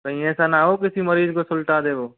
कहीं ऐसा ना हो किसी मरीज़ को सुलटा दे वो